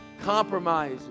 compromise